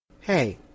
Hey